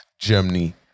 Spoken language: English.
Germany